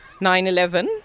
9-11